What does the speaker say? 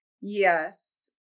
yes